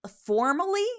formally